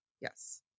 yes